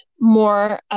more